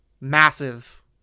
massive